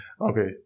Okay